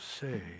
say